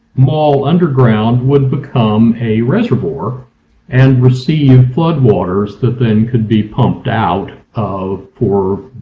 mall underground would become a reservoir and receive flood waters that then could be pumped out of. for.